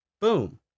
Boom